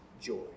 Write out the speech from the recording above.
joy